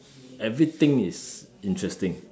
everything is interesting